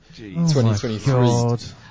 2023